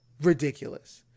Ridiculous